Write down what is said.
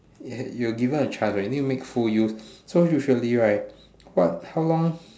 you're given a chance right you need to make full use so usually right but how long